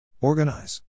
Organize